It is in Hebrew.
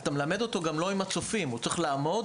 אתה גם מלמד בלי מצופים הוא צריך לעמוד